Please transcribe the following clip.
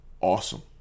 awesome